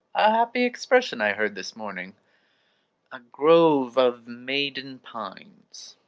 a happy expression i heard this morning a grove of maiden pines.